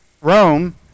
Rome